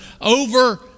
over